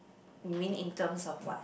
you mean in terms of what